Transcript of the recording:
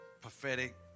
prophetic